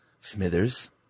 Smithers